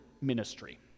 ministry